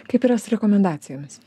kaip yra su rekomendacijomis